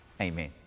amen